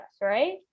right